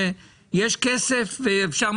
שיש כסף ואפשר,